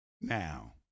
now